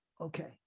Okay